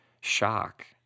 shock